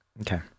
Okay